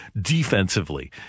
defensively